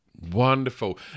Wonderful